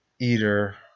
eater